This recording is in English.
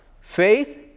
Faith